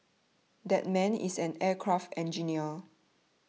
that man is an aircraft engineer